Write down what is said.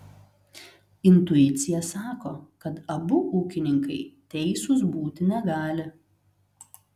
intuicija sako kad abu ūkininkai teisūs būti negali